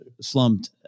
slumped